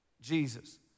Jesus